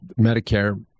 medicare